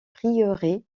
prieuré